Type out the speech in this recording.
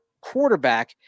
quarterback